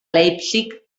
leipzig